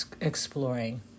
exploring